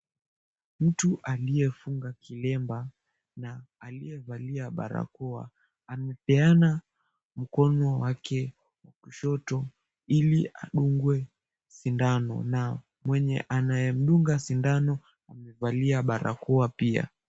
Mtu aliyefunga kilemba na aliyevalia barakoa anapeana mkono wake wa kushoto ili adungwe sindano na mwenye anayemdunga sindano amevalia barakoa pia.